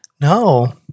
No